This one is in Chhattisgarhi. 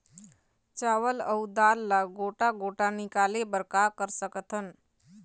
चावल अऊ दाल ला गोटा गोटा निकाले बर का कर सकथन?